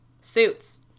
suits